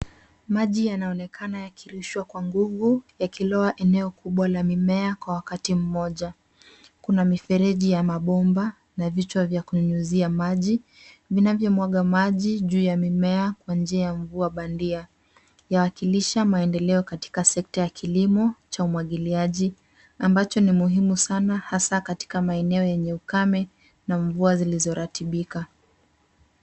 Maji yanaonekana yakirushwa kwa nguvu yakilowa eneo kubwa la mimea kwa wakati mmoja. Kuna mifereji ya mabomba na vichwa vya kunyunyizia maji vinavyomawaga maji juu ya mimea kwa njia ya mvua bandia. Yawakilisha maendeleo katika sekta ya kilimo cha umwagiliaji ambacho ni muhimu sana hasa katika maeneo yenye ukame na mvua zilizoratibika.